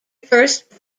first